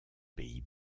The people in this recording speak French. pays